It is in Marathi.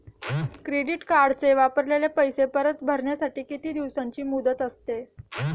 क्रेडिट कार्डचे वापरलेले पैसे परत भरण्यासाठी किती दिवसांची मुदत असते?